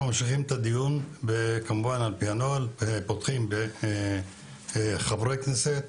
הנוהל ופותחים עם חברי הכנסת.